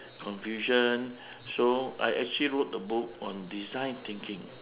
confusion so I actually wrote a book on design thinking